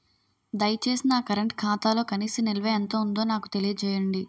దయచేసి నా కరెంట్ ఖాతాలో కనీస నిల్వ ఎంత ఉందో నాకు తెలియజేయండి